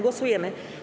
Głosujemy.